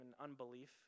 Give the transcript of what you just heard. unbelief